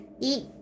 eat